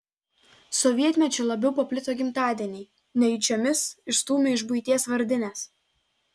sovietmečiu labiau paplito gimtadieniai nejučiomis išstūmę iš buities vardines